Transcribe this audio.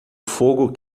fogo